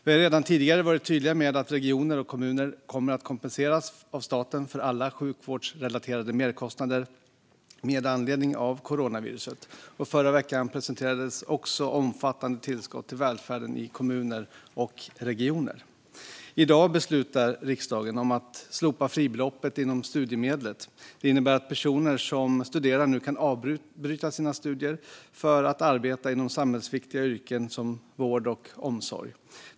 Vi har redan tidigare varit tydliga med att regioner och kommuner kommer att kompenseras av staten för alla sjukvårdsrelaterade merkostnader med anledning av coronaviruset, och i förra veckan presenterades omfattande tillskott till välfärden i kommuner och regioner. I dag beslutar riksdagen om att slopa fribeloppet för studiemedel. Det innebär att personer som studerar nu kan avbryta sina studier för att arbeta inom samhällsviktiga yrken, som vård och omsorg.